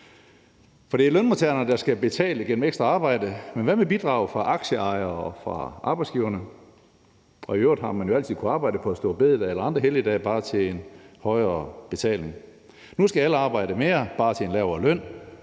For det er lønmodtagerne, der skal betale gennem ekstra arbejde, men hvad med bidrag fra aktieejerne og arbejdsgiverne? Og i øvrigt har man jo altid kunnet arbejde på store bededag og andre helligdage, bare til en højere betaling. Nu skal alle arbejde mere, bare til en lavere løn.